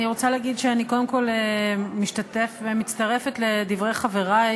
אני רוצה להגיד שאני קודם כול מצטרפת לדברי חברי.